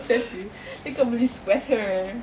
sweater then kau beli sweater